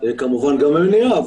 כמובן גם המניעה,